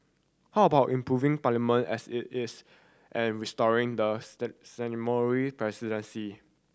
how about improving Parliament as it is and restoring the presidency